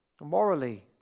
morally